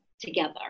together